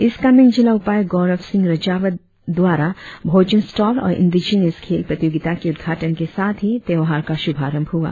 east Kameng जिला उपायुक्त गौरव सिंह रजावत द्वार भोजन स्टॉल और इंडिजिनियस खेल प्रतियोगिता के उदघाटन के साथ ही त्यौहार का श्रभारंभ हुआ